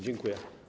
Dziękuję.